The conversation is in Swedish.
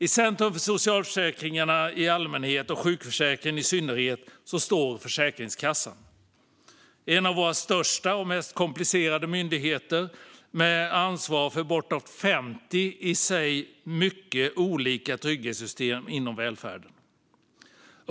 I centrum för socialförsäkringarna i allmänhet och sjukförsäkringen i synnerhet står Försäkringskassan. Det är en av våra största och mest komplicerade myndigheter med ansvar för uppemot 50 i sig mycket olika trygghetssystem inom välfärden.